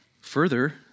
Further